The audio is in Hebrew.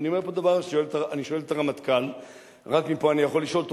ואני אומר פה דבר שאני שואל את הרמטכ"ל, רק מפה אני יכול לשאול אותו,